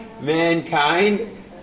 mankind